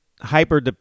hyper